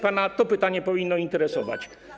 Pana to pytanie powinno interesować.